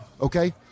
Okay